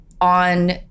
on